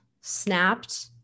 snapped